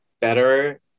better